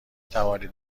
توانید